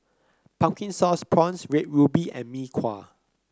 Pumpkin Sauce Prawns Red Ruby and Mee Kuah